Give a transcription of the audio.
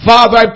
Father